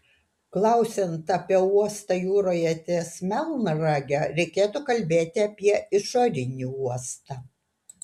klausiant apie uostą jūroje ties melnrage reikėtų kalbėti apie išorinį uostą